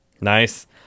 Nice